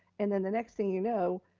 and then the next thing you know,